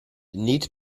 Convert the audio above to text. neat